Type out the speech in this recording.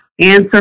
answer